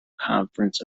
conference